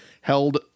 held